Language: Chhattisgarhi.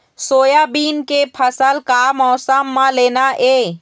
सोयाबीन के फसल का मौसम म लेना ये?